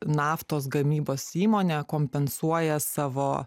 naftos gamybos įmonė kompensuoja savo